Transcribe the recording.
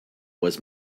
was